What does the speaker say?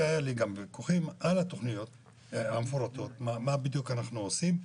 והיו לי גם ויכוחים על התוכניות המפורטות מה בדיוק אנחנו עושים.